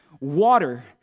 water